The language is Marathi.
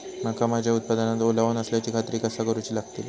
मका माझ्या उत्पादनात ओलावो नसल्याची खात्री कसा करुची लागतली?